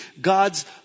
God's